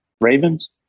Ravens